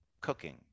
cooking